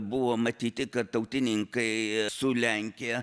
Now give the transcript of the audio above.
buvo matyti kad tautininkai su lenkija